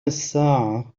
الساعة